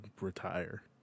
retire